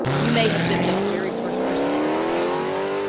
you may have been the very first person to ever tell them that.